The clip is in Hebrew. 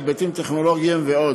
היבטים טכנולוגיים ועוד.